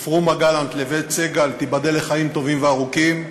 ופרומה גלנט לבית סגל, תיבדל לחיים טובים וארוכים,